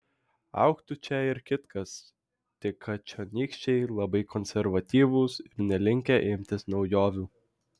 augtų čia ir kitkas tik kad čionykščiai labai konservatyvūs ir nelinkę imtis naujovių